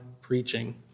preaching